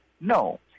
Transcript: No